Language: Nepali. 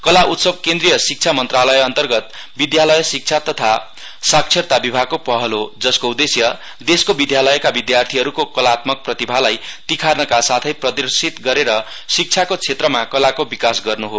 कला उत्सव केन्द्रिय शिक्षा मन्त्रालयअन्तर्गत विद्यालय शिक्षा तथा साक्षरता विभागको पहल हो जसको उद्देश्य देशको विद्यालयका विद्यार्थीहरूको कलात्मक प्रतिभालाई तिखार्नका साथै प्रदर्शित गरेर शिक्षाको क्षेत्रमा कलाको विकास गर्न् हो